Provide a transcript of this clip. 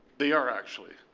they are, actually.